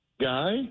guy